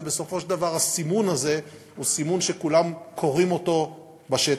ובסופו של דבר הסימון הזה הוא סימון שכולם קוראים אותו בשטח.